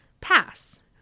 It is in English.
pass